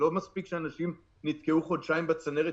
לא מספיק שאנשים נתקעו חודשיים בצנרת,